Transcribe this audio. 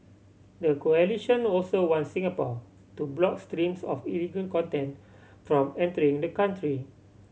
the coalition also want Singapore to block streams of illegal content from entering the country